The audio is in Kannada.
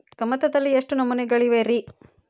ಕಮತದಲ್ಲಿ ಎಷ್ಟು ನಮೂನೆಗಳಿವೆ ರಿ?